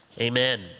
Amen